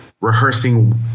rehearsing